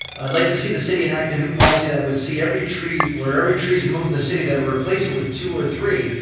i'd like to see the city enact a new policy that would see every tree, where every tree that's removed in the city that will replace it with two or three.